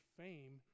fame